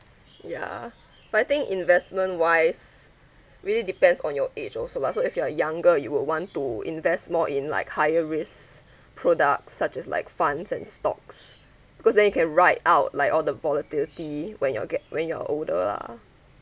ya but I think investment wise really depends on your age also lah so if you are younger you would want to invest more in like higher risks product such as like funds and stocks because then you can ride out like all the volatility when you are get when you are older ah